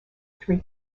three